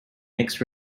mixed